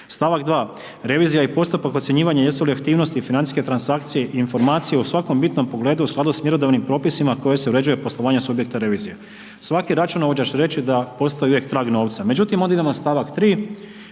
Stavak 2. revizija i postupak ocjenjivanja jesu li aktivnosti financijske transakcije i informacije u svakom bitnom pogledu u skladu sa mjerodavnim propisima kojim se uređuje poslovanje subjekta revizije. Svaki računovođa će reći da postoj uvijek trag novca